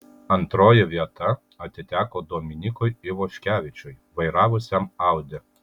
antroji vieta atiteko dominykui ivoškevičiui vairavusiam audi